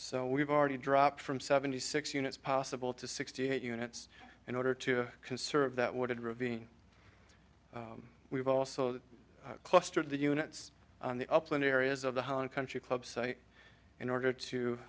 so we've already dropped from seventy six units possible to sixty eight units in order to conserve that would ravine we've also clustered the units in the open areas of the home country club site in order to